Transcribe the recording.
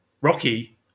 Rocky